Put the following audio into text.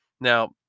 Now